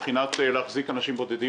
מבחינת להחזיק אנשים בודדים,